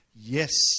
Yes